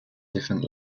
different